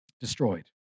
destroyed